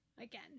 Again